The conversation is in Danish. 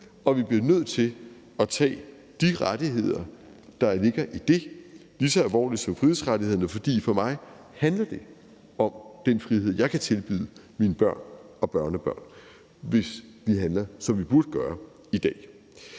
og vi bliver nødt til at tage de rettigheder, der ligger i det, lige så alvorligt som frihedsrettighederne. For for mig handler det om den frihed, jeg kan tilbyde mine børn og børnebørn, hvis vi handler, som vi burde gøre i dag.